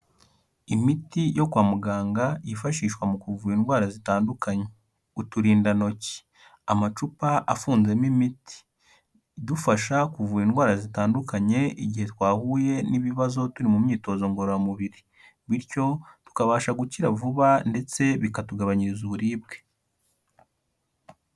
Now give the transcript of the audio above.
Imiti yo kwa muganga yifashishwa mu kuvura indwara zitandukanye, uturindantoki, amacupa afunzemo imiti, idufasha kuvura indwara zitandukanye igihe twahuye n'ibibazo turi mu myitozo ngororamubiri, bityo tukabasha gukira vuba ndetse bikatugabanyiriza uburibwe.